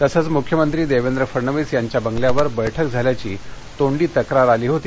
तसंच मुख्यमंत्री दक्वेंद्र फडणवीस यांच्या बंगल्यावर बैठक झाल्याची तोंडी तक्रार आली होती